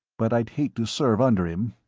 but i'd hate to serve under him.